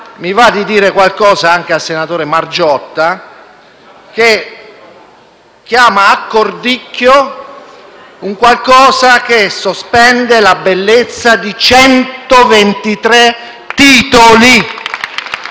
Mi va di dire qualcosa anche al senatore Margiotta, che chiama accordicchio un qualcosa che sospende la bellezza di 124 titoli